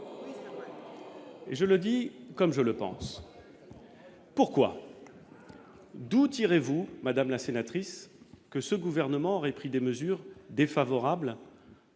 Je le dis comme je le pense, pourquoi d'où tirez-vous madame la sénatrice que ce gouvernement aurait pris des mesures défavorables